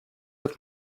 with